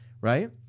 right